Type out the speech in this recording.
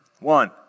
one